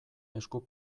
esku